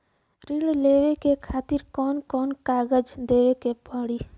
ऋण लेवे के खातिर कौन कोन कागज देवे के पढ़ही?